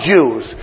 Jews